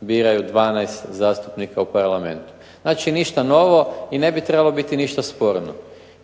biraju 12 zastupnika u Parlament. Znači ništa novo i ne bi trebalo biti ništa sporno.